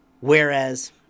Whereas